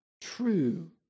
true